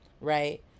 right